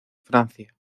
francia